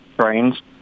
trains